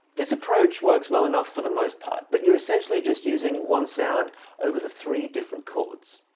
this approach works well enough for the most part, but you're essentially just using one sound over the three different chords.